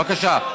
בבקשה.